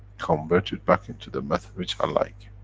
convert it back into the matter which i like?